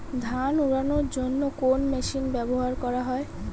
ধান উড়ানোর জন্য কোন মেশিন ব্যবহার করা হয়?